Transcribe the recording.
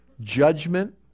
judgment